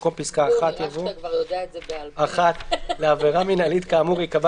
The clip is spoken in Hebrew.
במקום פסקה (1) יבוא: "(1) לעבירה מינהלית כאמור ייקבע